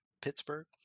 Pittsburgh